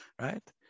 right